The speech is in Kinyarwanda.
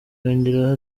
yongeraho